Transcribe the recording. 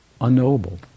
unknowable